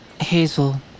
Hazel